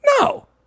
No